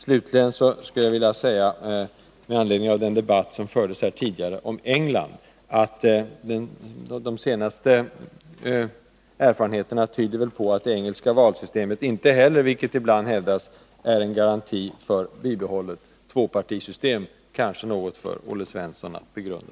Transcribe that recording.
Slutligen, med anledning av den debatt som tidigare fördes om England: De senaste erfarenheterna tyder på att det engelska valsystemet inte heller, vilket ibland hävdas, är en garanti för bibehållet tvåpartisystem — kanske något för Olle Svensson att begrunda.